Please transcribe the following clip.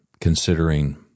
considering